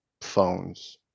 phones